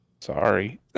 Sorry